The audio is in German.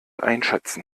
einschätzen